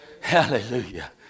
Hallelujah